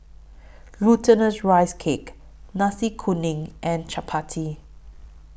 Glutinous Rice Cake Nasi Kuning and Chappati